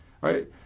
Right